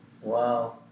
Wow